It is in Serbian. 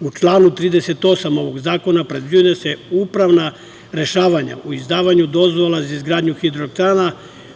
u članu 38. ovog zakona predviđeno je da se upravna rešavanja o izdavanju dozvola za izgradnju hidroelektrana